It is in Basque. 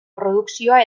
produkzioa